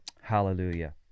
Hallelujah